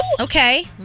Okay